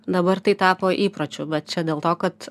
dabar tai tapo įpročiu bet čia dėl to kad